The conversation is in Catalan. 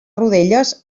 rodelles